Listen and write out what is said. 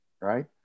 right